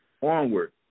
onward